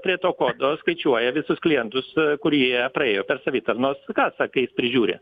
prie to kodo skaičiuoja visus klientų su kurie praėjo per savitarnos kasą kai prižiūri